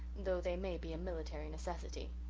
though they may be a military necessity.